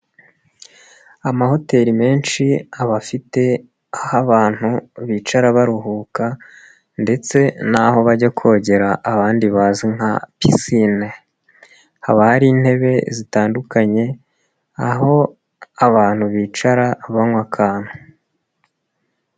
Amahoteli menshi aba afite aho abantu bicara baruhuka ndetse naho bajya kogera abandi bazi nka pisine, haba hari intebe zitandukanye aho abantu bicara banywa akantu.